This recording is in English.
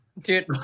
Dude